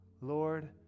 Lord